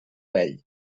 vell